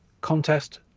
contest